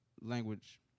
language